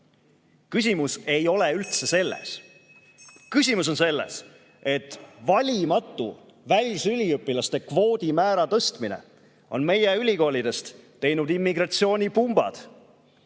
Küsimus ei ole üldse selles. Küsimus on selles, et valimatu välisüliõpilaste kvoodimäära tõstmine on meie ülikoolidest teinud immigratsioonipumbad.